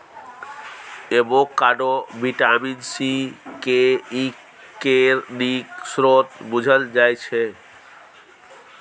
avocado vitamin C, K, E केर नीक स्रोत बुझल जाइ छै